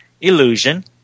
illusion